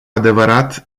adevărat